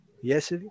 Yes